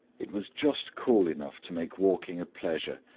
it was just cool enough to make walking a pleasure,